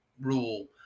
rule